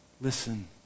Listen